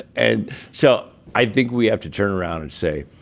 and so i think we have to turn around and say,